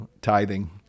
tithing